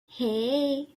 hey